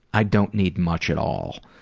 i don't need much at all.